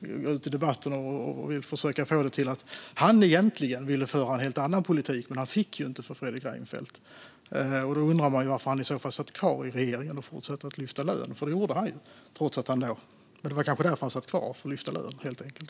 gå ut i debatten och försöka få det till att han egentligen ville föra en helt annan politik men att han inte fick för Fredrik Reinfeldt. Då undrar man ju varför han i så fall satt kvar i regeringen och fortsatte att lyfta lön, för det gjorde han. Det kanske var därför han satt kvar under de åren - för att lyfta lön, helt enkelt.